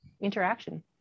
interaction